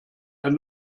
ein